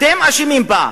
אתם אשמים בה.